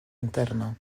interna